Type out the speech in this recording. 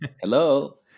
Hello